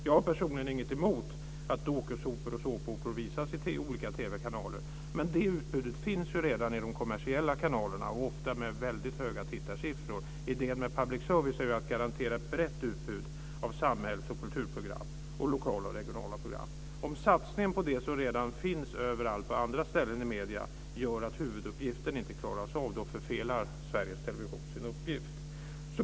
Jag har personligen inget emot att dokusåpor och såpoperor visas i olika TV-kanaler, men det utbudet finns ju redan i de kommersiella kanalerna och ofta med mycket höga tittarsiffor. Idén med public service är ju att garantera ett brett utbud av samhällsoch kulturprogram samt lokala och regionala program. Om satsningen på det som redan finns överallt på andra ställen i medierna gör att huvuduppgiften inte klaras av förfelar Sveriges Television sin uppgift.